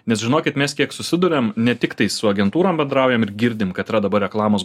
nes žinokit mes kiek susiduriam ne tiktai su agentūrom bendraujam ir girdim kad yra dabar reklamos